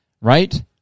right